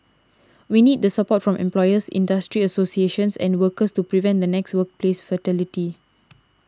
we need the support from employers industry associations and workers to prevent the next workplace fatality